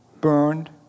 burned